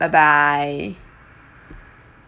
bye bye